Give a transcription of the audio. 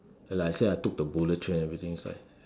like I say I took the bullet train and everything is like